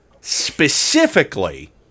specifically